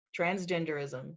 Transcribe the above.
transgenderism